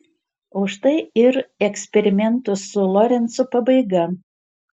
o štai ir eksperimento su lorencu pabaiga